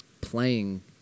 playing